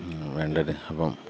വേണ്ടത് അപ്പം